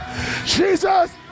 Jesus